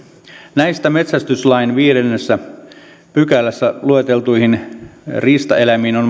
näistä metsästyslain viidennessä pykälässä lueteltuihin riistaeläimiin on